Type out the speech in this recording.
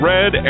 Red